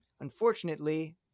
unfortunately